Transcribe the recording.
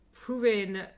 proven